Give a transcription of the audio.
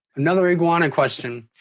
another iguana question.